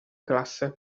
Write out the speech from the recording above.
classe